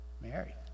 Mary